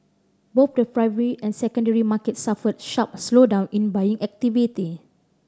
both the primary and secondary markets suffered sharp slowdown in buying activity